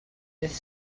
beth